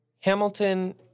Hamilton